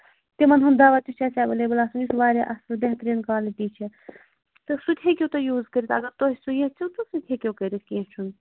تِمن ہُنٛد دواہ تہِ چھُ اَسہِ ایویلیبٔل آسان یُس واریاہ اَصٕل بہتریٖن کولٹی چھےٚ تہٕ سُہ تہِ ہیٚکو تُہۍ یوٗز کٔرِتھ اَگر تُہۍ سُہ یَژھِو تہٕ سُہ تہِ ہیٚکِو کٔرِتھ کیٚنٛہہ چھُنہٕ